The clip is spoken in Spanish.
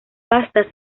pasta